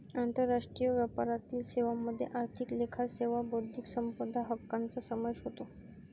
आंतरराष्ट्रीय व्यापारातील सेवांमध्ये आर्थिक लेखा सेवा बौद्धिक संपदा हक्कांचा समावेश होतो